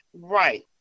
right